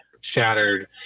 shattered